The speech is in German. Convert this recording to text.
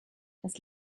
das